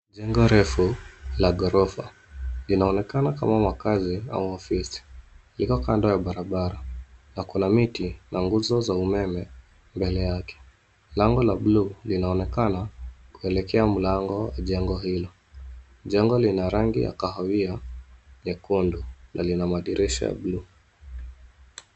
Jengo refu la ghorofa linaonekana kama makaazi ama ofisi, liko kando ya barabara na kuna miti na nguzo za umeme mbele yake. Lango la buluu linaonekana kuelekea mlango wa jengo hilo. Jengo lina rangi ya kahawia nyekundu na lina madirisha ya buluu.